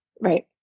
Right